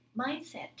mindset